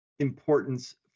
importance